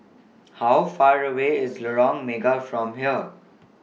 How Far away IS The Lorong Mega from here